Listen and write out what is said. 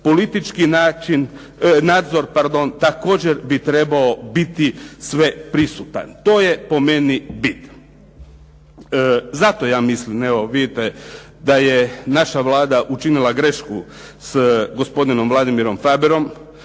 politički nadzor također bi trebao biti sveprisutan. To je po meni bit. Zato ja mislim, evo vidite, da je naša Vlada učinila grešku s gospodinom Vladimirom Faberom.